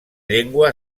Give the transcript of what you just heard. llengua